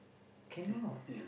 cannot